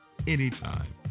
anytime